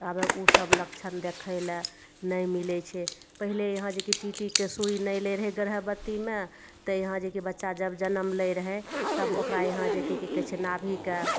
आब उसब लक्षण देखय लए नहि मिलय छै पहिले यहाँ जे कि टीटीके सुइ नहि लै रहय गर्भवतीमे तऽ यहाँ बच्चा जब जनम लै रहय तब ओकरा यहाँ जे कि कि कहय छै नाभीके